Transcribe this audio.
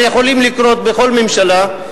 ויכולים לקרות בכל ממשלה.